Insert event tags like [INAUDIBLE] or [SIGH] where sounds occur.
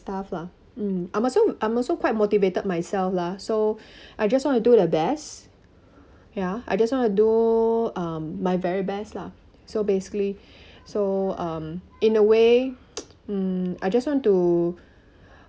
staff lah mm I'm also I'm also quite motivated myself lah so I just wanna do the best ya I just wanna do um my very best lah so basically [BREATH] so um in a way um I just want to [BREATH]